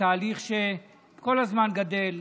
תהליך שכל הזמן גדל.